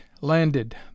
landed